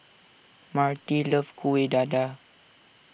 Marti loves Kueh Dadar